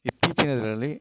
ಇತ್ತೀಚಿನ ದಿನಗಳಲ್ಲಿ